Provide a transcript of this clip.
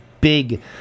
big